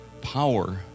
power